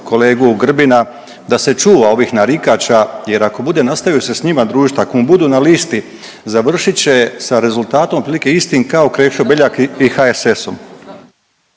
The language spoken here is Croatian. kolegu Grbina da se čuva ovih narikača jer ako bude nastavio se s njima družit, ako mu budu na listi završit će sa rezultatom otprilike istim kao Krešo Beljak i HSS-om.